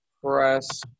press